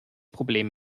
problem